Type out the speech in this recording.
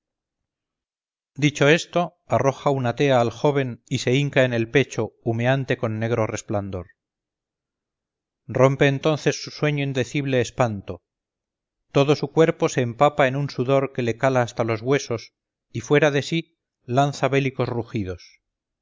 dicho esto arroja una tea al joven y se inca en el pecho humeante con negro resplandor rompe entonces su sueño indecible espanto todo su cuerpo se empapa en un sudor que le cala hasta los huesos y fuera de sí lanza bélicos rugidos